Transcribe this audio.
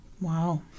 Wow